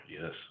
yes